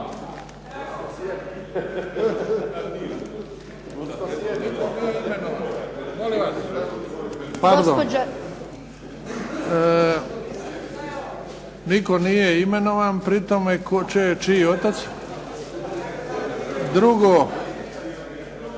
Nitko nije imenovan pri tome, čiji otac. Drugo,